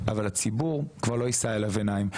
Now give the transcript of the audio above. אבל הציבור כבר לא יישא אליו עיניים.